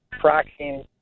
tracking